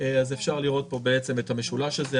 אפשר לראות פה את המשולש הזה,